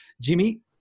Jimmy